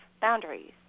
boundaries